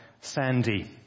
Sandy